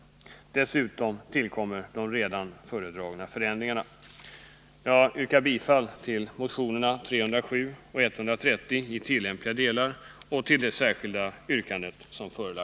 Dessutom tillkommer de redan nämnda förändringarna.